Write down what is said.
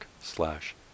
slash